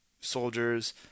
soldiers